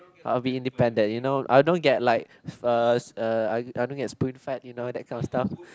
I will be independent you know I don't get like uh I don't get spoon fed you know that kind of stuff